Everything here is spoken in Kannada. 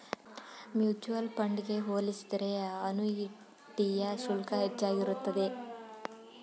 ಮ್ಯೂಚುಯಲ್ ಫಂಡ್ ಗೆ ಹೋಲಿಸಿದರೆ ಅನುಯಿಟಿಯ ಶುಲ್ಕ ಹೆಚ್ಚಾಗಿರುತ್ತದೆ